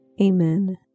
Amen